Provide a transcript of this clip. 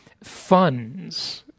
funds